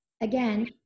again